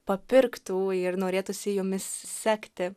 papirktų ir norėtųsi jomis sekti